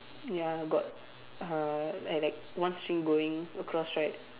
ya got uh I like one swing going across right